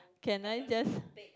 can I just